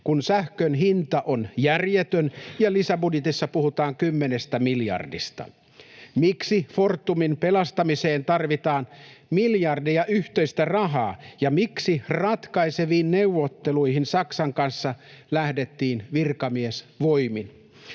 kun sähkön hinta on järjetön ja lisäbudjetissa puhutaan kymmenestä miljardista. Miksi Fortumin pelastamiseen tarvitaan miljardeja yhteistä rahaa? Ja miksi ratkaiseviin neuvotteluihin Saksan kanssa lähdettiin virkamiesvoimin?